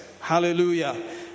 Hallelujah